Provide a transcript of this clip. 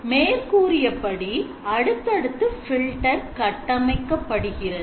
மேற்கூறியபடி அடுத்தடுத்த filter கட்டமைக்கப்படுகிறது